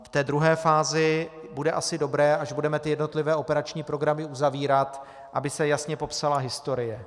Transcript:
Ve druhé fázi bude asi dobré, až budeme jednotlivé operační programy uzavírat, aby se jasně popsala historie.